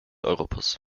europas